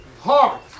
heart